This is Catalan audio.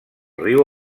riu